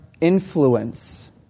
influence